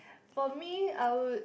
for me I would